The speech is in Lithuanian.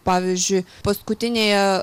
pavyzdžiui paskutinėje